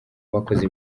bakoze